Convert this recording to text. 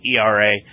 ERA